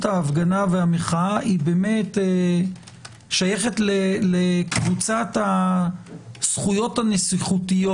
ההפגנה והמחאה היא באמת שייכת לקבוצת הזכויות הנסיכותיות